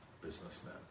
businessman